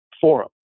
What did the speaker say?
forum